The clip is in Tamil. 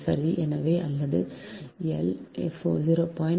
சரி எனவே அல்லது L 0